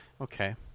Okay